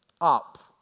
up